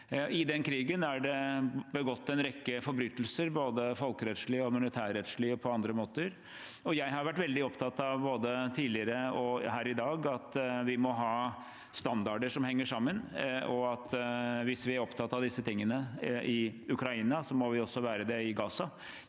I den krigen er det begått en rekke forbrytelser, både folkerettslig, humanitærrettslig og på andre måter. Jeg har vært veldig opptatt av, både tidligere og her i dag, at vi må ha standarder som henger sammen, og at hvis vi er opptatt av disse tingene i Ukraina, må vi også være det i Gaza.